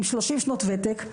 עם שלושים שנות ותק,